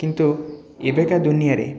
କିନ୍ତୁ ଏବେକା ଦୁନିଆରେ